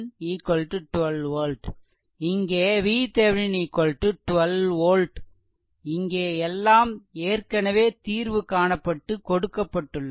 இங்கே VThevenin 12 volt இங்கே எல்லாம் ஏற்கனவே தீர்வு காணப்பட்டு கொடுக்கப்பட்டுள்ளது